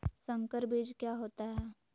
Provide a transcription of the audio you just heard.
संकर बीज क्या होता है?